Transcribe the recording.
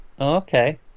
okay